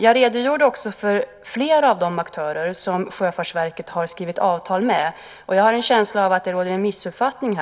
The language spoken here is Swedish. Jag redogjorde för flera av de aktörer som Sjöfartsverket skrivit avtal med, men jag har en känsla av att här råder en missuppfattning.